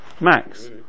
max